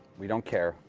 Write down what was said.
we don't care.